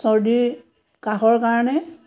চৰ্দিৰ কাহৰ কাৰণে